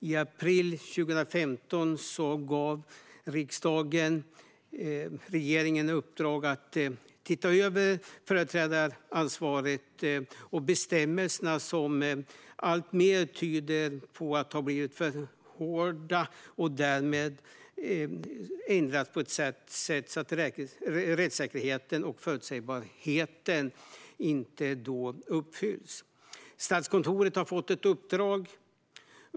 I april 2015 gav riksdagen regeringen i uppdrag att se över företrädaransvaret och bestämmelserna, som tycks ha blivit för hårda och därmed ändrats på ett sätt som gör att rättssäkerheten och förutsägbarheten inte uppfylls. Statskontoret har fått ett uppdrag.